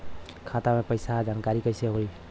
खाता मे पैसा के जानकारी कइसे होई?